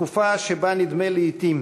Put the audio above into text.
בתקופה שבה נדמה לעתים